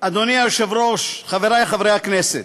אדוני היושב-ראש, חברי חברי הכנסת,